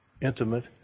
intimate